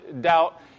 doubt